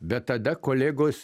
bet tada kolegos